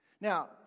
Now